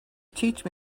teach